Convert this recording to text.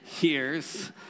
years